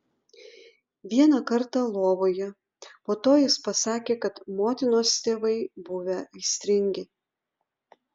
vieną kartą lovoje po to jis pasakė kad motinos tėvai buvę aistringi